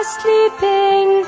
sleeping